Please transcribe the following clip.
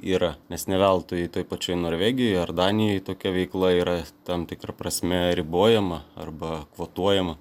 yra nes ne veltui toj pačioj norvegijoj ar danijoj tokia veikla yra tam tikra prasme ribojama arba kvotuojama